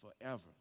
Forever